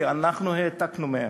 כי אנחנו העתקנו מהן.